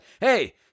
hey